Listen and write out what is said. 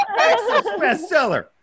bestseller